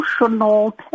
Emotional